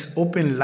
open